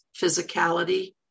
physicality